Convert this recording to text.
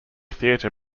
theatre